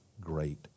great